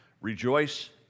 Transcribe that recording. Rejoice